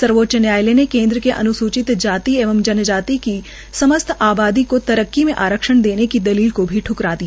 सर्वोच्च न्यायालय ने केंद्र के अन्सूचित जाति एवं अन्सूचित जनजाति की समस्त आबादी को तरक्की में आरक्षण देने की दलील को भी ठ्करा दिया